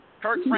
Kirk